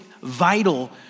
vital